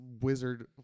wizard